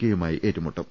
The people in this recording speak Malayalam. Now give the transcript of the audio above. കെയുമായി ഏറ്റുമുട്ടും